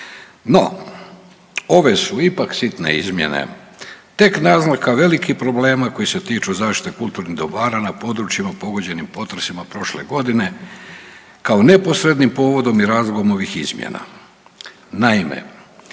No ove su ipak sitne izmjene tek naznaka velikih problema koji se tiču zaštite kulturnih dobara na područjima pogođenim potresima prošle godine kao neposrednim povodom i razlogom ovih izmjena.